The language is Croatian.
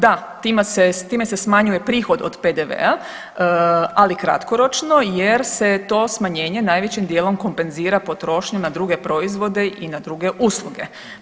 Da, time se smanjuje prihod od PDV-a ali kratkoročno, jer se to smanjenje najvećim dijelom kompenzira potrošnjom na druge proizvode i na druge usluge.